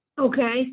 Okay